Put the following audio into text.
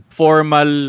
formal